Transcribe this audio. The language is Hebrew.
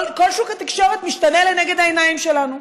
כל שוק התקשורת משתנה לנגד העיניים שלנו.